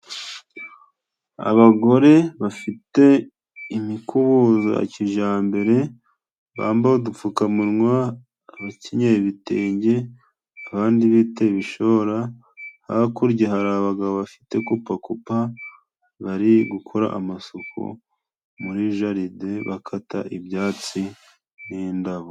Abagore bafite imikubuzo ya kijyambere, bambaye udupfukamunwa, abakenyeye ibitenge, abandi biteye ibishora. Hakurya hari abagabo bafite copakupa, bari gukora amasuku muri jaride, bakata ibyatsi n'indabo.